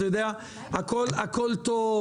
הכול טוב,